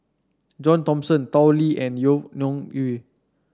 John Thomson Tao Li and Yvonne Ng Uhde